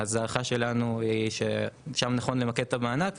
ההערכה שלנו היא ששם נכון למקד את המענק,